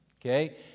okay